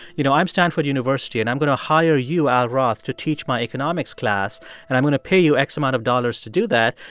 you know, i'm stanford university and i'm going to hire you, al roth, to teach my economics class and i'm going to pay you x amount of dollars to do that,